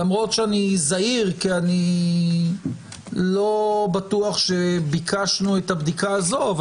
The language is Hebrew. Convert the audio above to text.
למרות שאני זהיר כי אני לא בטוח שביקשנו את הבדיקה הזו,